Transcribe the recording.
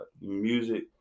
music